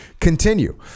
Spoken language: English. continue